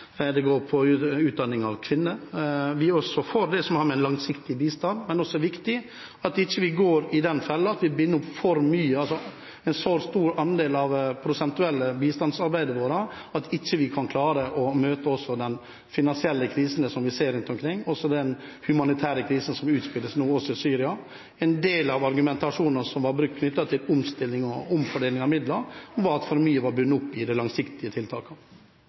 Det går på utdanning av kvinner. Vi er også for langsiktig bistand, men det er viktig at vi ikke går i den fellen at vi binder opp for mye, altså en så stor prosentuell andel av bistandsarbeidet vårt at vi ikke også kan klare å møte de finansielle krisene som vi ser rundt omkring, også den humanitære krisen som utspiller seg nå i Syria. En del av argumentasjonen som har blitt knyttet til omstilling og omfordeling av midler, var at for mye var bundet opp i de langsiktige tiltakene.